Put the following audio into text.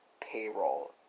payroll